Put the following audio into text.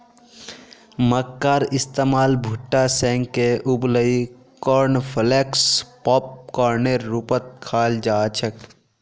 मक्कार इस्तमाल भुट्टा सेंके उबलई कॉर्नफलेक्स पॉपकार्नेर रूपत खाल जा छेक